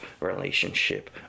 relationship